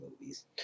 movies